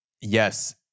yes